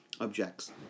objects